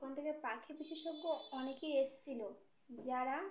ওখান থেকে পাখি বিশেষজ্ঞ অনেকেই এসেছিল যারা